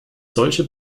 solche